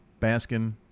Baskin